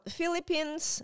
Philippines